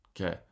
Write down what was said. okay